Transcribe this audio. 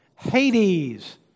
Hades